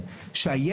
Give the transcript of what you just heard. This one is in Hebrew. ואת שרן,